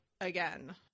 again